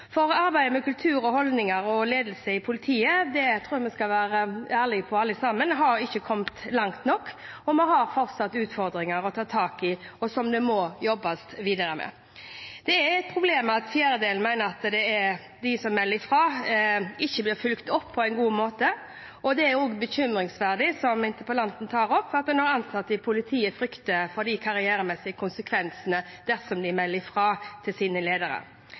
arbeidet med kultur og holdninger og ledelse i politiet, tror jeg vi alle sammen skal være ærlige om at vi ikke har kommet langt nok – vi har fortsatt utfordringer å ta tak i, som det må jobbes videre med. Det er et problem at en fjerdedel mener at de som melder fra, ikke blir fulgt opp på en god måte. Det er også bekymringsfullt, som interpellanten tar opp, at det er ansatte i politiet som frykter karrieremessige konsekvenser dersom de melder fra til sine ledere.